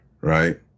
right